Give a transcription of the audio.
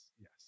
yes